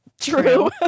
true